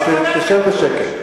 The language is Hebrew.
אז תשב בשקט.